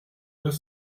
deux